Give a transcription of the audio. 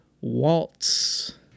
Waltz